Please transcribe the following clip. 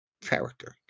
character